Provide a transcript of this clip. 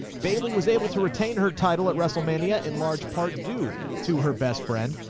bayley was able to retain her title at wrestlemania in large part due to her best friend.